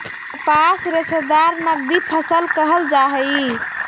कपास रेशादार नगदी फसल कहल जा हई